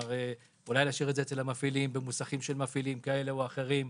אולי נשאיר במוסכים של מפעילים כאלה או אחרים,